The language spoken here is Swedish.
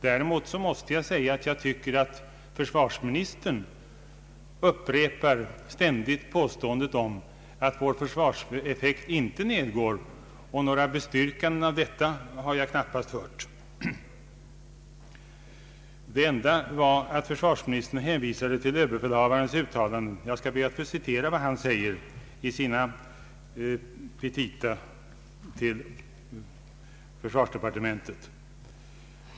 Däremot måste jag säga att jag tycker att försvarsministern ständigt upprepar en försäkran om att vår försvarseffekt inte minskat, men några bevis för detta har vi knappast hört. Det enda försvarsministern gjorde var att hänvisa till överbefälhavarens uttalanden. Jag skall be att få citera precis vad denne säger i sina petita till försvarsdepartementet.